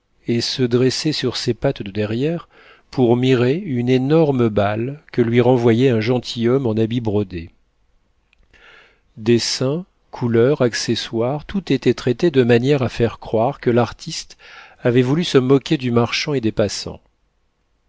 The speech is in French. et se dressait sur ses pattes de derrière pour mirer une énorme balle que lui renvoyait un gentilhomme en habit brodé dessin couleurs accessoires tout était traité de manière à faire croire que l'artiste avait voulu se moquer du marchand et des passants